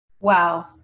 Wow